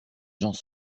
gens